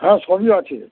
হ্যাঁ সবই আছে